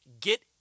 get